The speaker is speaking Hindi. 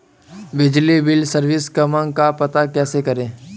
बिजली बिल सर्विस क्रमांक का पता कैसे करें?